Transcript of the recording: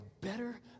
better